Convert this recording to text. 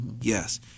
Yes